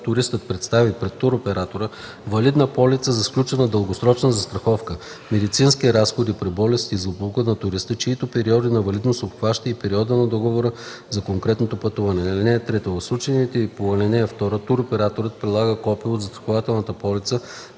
туристът представи пред туроператора валидна полица за сключена дългосрочна застраховка „медицински разходи при болест и злополука на туриста”, чийто период на валидност обхваща и периода на договора за конкретното пътуване. (3) В случаите по ал. 2 туроператорът прилага копие от застрахователната полица